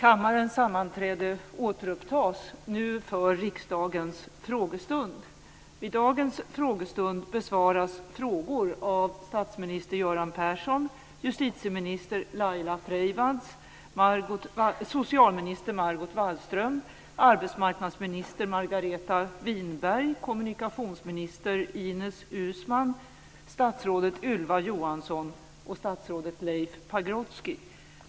Vid dagens frågestund besvaras frågor av statsminister Göran Persson, justitieminister Laila Freivalds, socialminister Margot Wallström, arbetsmarknadsminister Margareta Winberg, kommunikationsminister Ines Uusmann, statsrådet Ylva Johansson och statsrådet Leif Pagrotsky.